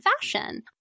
fashion